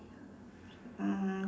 um